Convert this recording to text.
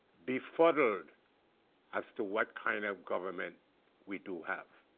be fuddled as to what kind of government we do have.